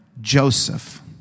Joseph